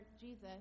Jesus